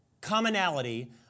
commonality